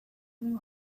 blew